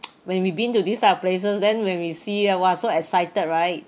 when we been to these type of places then when we see ah !wah! so excited right